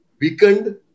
weakened